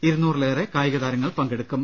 ഇരുന്നൂറിലേറെ കായിക്താരങ്ങൾ പങ്കെടുക്കും